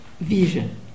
vision